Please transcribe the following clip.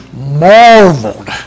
marveled